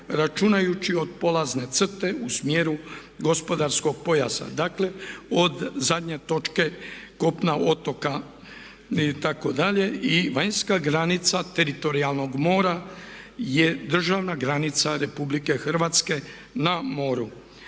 računajući od polazne crte u smjeru gospodarskog pojasa. Dakle, od zadnje točke kopna otoka itd. i vanjska granica teritorijalnog mora je državna granica Republike Hrvatske na moru.